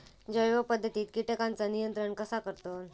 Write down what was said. जैव पध्दतीत किटकांचा नियंत्रण कसा करतत?